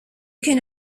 can